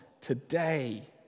today